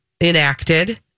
enacted